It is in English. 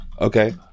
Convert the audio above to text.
okay